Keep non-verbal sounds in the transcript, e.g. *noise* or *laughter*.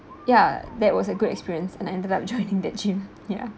ya that was a good experience and I ended up *laughs* joining that gym ya